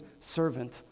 servant